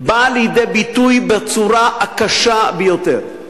באה לידי ביטוי בצורה הקשה ביותר.